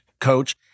coach